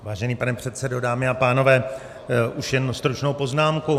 Vážený pane předsedo, dámy a pánové, už jen stručnou poznámku.